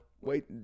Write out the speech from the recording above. Wait